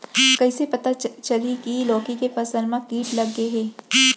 कइसे पता चलही की लौकी के फसल मा किट लग गे हे?